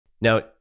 Now